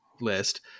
list